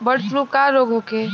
Bird flu का रोग होखे?